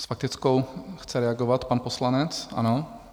S faktickou chce reagovat pan poslanec, ano.